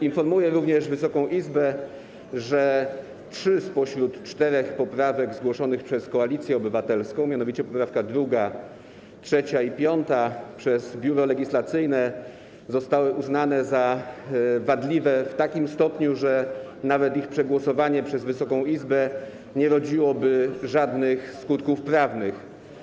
Informuję również Wysoką Izbę, że trzy spośród czterech poprawek zgłoszonych przez Koalicję Obywatelską, mianowicie poprawki 2., 3. i 5., przez Biuro Legislacyjne zostały uznane za wadliwe w takim stopniu, że nawet ich przegłosowanie przez Wysoką Izbę nie rodziłoby żadnych skutków prawnych.